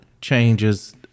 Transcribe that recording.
changes